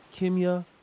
Kimya